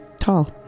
tall